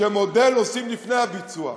שמודל עושים לפני הביצוע.